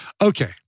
Okay